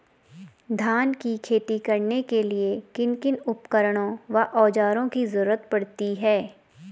धान की खेती करने के लिए किन किन उपकरणों व औज़ारों की जरूरत पड़ती है?